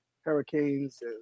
hurricanes